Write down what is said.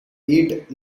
eat